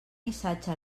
missatge